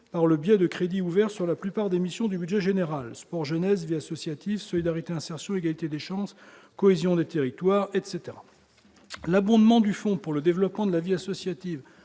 par le biais de crédits ouverts sur la plupart des missions du budget général Sport, jeunesse, vie associative Solidarité, insertion, égalité des chances, cohésion des territoires etc l'abondement du fonds pour le développement de la vie associative,